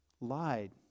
lied